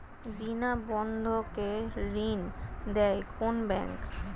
বিনা বন্ধকে ঋণ দেয় কোন ব্যাংক?